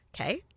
Okay